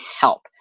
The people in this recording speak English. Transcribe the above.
help